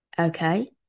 Okay